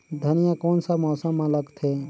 धनिया कोन सा मौसम मां लगथे?